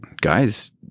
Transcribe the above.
guys